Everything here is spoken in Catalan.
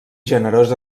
generós